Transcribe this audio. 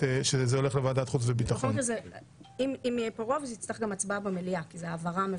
בשנת 2016 על כך שהארכות לא ייעשו ישירות במליאה אלא בהמלצה של